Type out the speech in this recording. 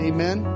Amen